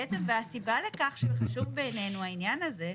והסיבה לכך שזה חשוב בענינו העניין הזה,